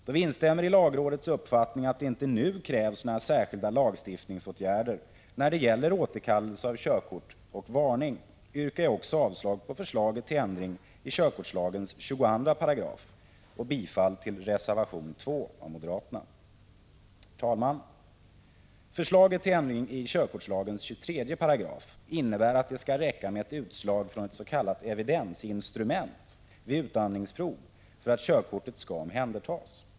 Då vi instämmer i lagrådets uppfattning att det inte nu krävs några särskilda lagstiftningsåtgärder när det gäller återkallelse av körkort och varning, yrkar jag också avslag på förslaget till ändring i körkortslagens 22 § och bifall till den moderata reservationen 2. Herr talman! Förslaget till ändring i 23 § körkortslagen innebär att det skall räcka med ett utslag från ett s.k. evidensinstrument vid utandningsprov för att körkortet skall omhändertas.